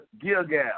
Gilgal